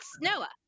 Noah